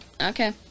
okay